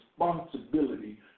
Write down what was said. responsibility